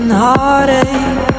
heartache